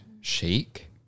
chic